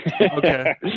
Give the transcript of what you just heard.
okay